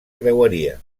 creueria